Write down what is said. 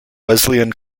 wesleyan